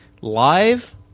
live